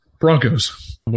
Broncos